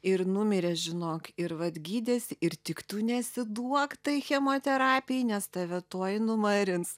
ir numirė žinok ir vat gydėsi ir tik tu nesiduok tai chemoterapijai nes tave tuoj numarins